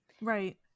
Right